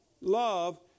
love